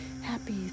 Happy